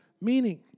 meaning